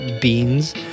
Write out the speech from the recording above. Beans